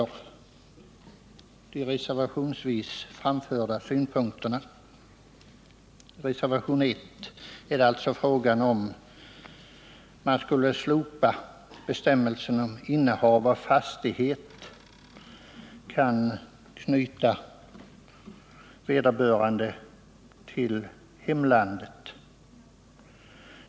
Reservationen 1 går bl.a. ut på att slopa bestämmelserna om att innehav av fastighet skattemässigt kan knyta vederbörande i utlandet bosatt till hemlandet.